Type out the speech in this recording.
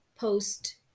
post